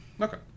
okay